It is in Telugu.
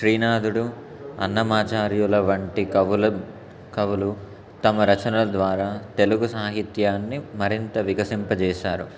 శ్రీనాధుడు అన్నమాచార్యుల వంటి కవుల కవులు తమ రచనల ద్వారా తెలుగు సాహిత్యాన్ని మరింత వికసింపజేశారు